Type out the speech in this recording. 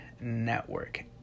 network